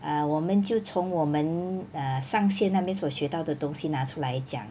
err 我们就从我们 err 上线那边所学到的东西拿出来讲